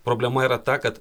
problema yra ta kad